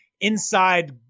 inside